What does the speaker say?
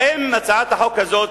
האם הצעת החוק הזאת